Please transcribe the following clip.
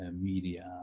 media